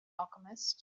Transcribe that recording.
alchemist